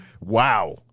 Wow